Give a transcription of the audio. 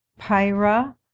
Pyra